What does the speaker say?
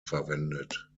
verwendet